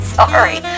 sorry